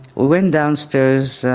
went downstairs,